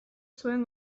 zuen